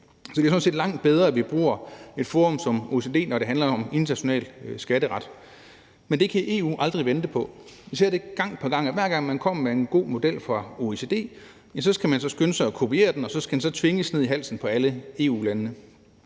Så det er jo sådan set langt bedre, at vi bruger et forum som OECD, når det handler om international skatteret. Men det kan EU aldrig vente på. Vi ser gang på gang, at når OECD kommer med en god model, skal man skynde sig at kopiere den, og så skal den tvinges ned i halsen på alle EU-landene.